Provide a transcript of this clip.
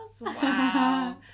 wow